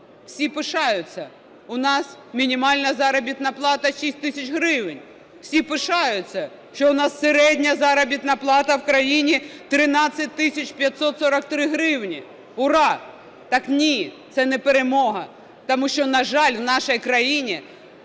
Всі пишаються, у нас мінімальна заробітна плата 6 тисяч гривень. Всі пишаються, що у нас середня заробітна плата в країні 13 тисяч 543 гривні, ура! Так ні, це не перемога. Тому що, на жаль, в нашій країні